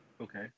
Okay